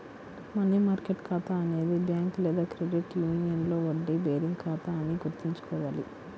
money market ఖాతా అనేది bank లేదా క్రెడిట్ యూనియన్లో వడ్డీ బేరింగ్ ఖాతా అని గుర్తుంచుకోవాలి